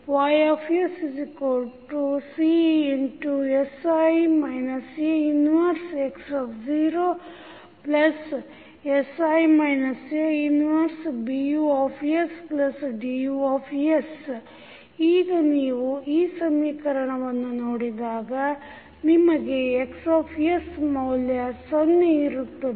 YsCsI A 1x0CsI A 1BUs DU ಈಗ ನೀವು ಈ ಸಮೀಕರಣವನ್ನು ನೋಡಿದಾಗ ನಿಮಗೆ x ಮೌಲ್ಯ 0 ಇರುತ್ತದೆ